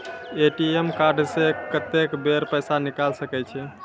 ATM card से कत्तेक बेर पैसा निकाल सके छी?